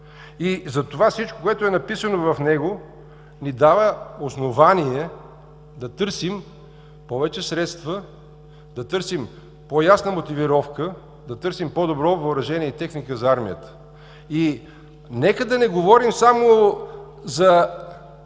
г. Затова всичко, което е написано в него, ни дава основание да търсим повече средства, да търсим по-ясна мотивировка, да търсим по-добро въоръжение и техника за армията. И нека да не говорим само